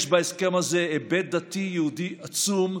יש בהסכם הזה היבט דתי יהודי עצום,